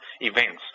events